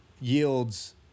yields